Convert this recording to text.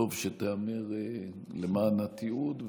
וטוב שתיאמר למען התיעוד,